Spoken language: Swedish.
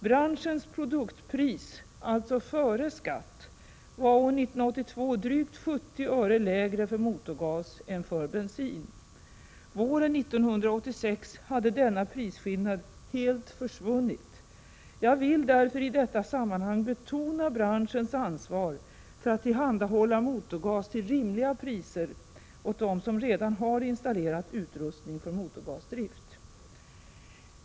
Branschens produktpris, alltså före skatt, var år 1982 drygt 70 öre lägre för motorgas än för bensin. Våren 1986 hade denna prisskillnad helt försvunnit. Jag vill därför i detta sammanhang betona branschens ansvar för att tillhandahålla motorgas till rimliga priser åt dem som redan har installerat utrustning för motorgasdrift.